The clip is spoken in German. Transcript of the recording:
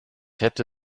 hätte